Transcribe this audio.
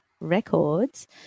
Records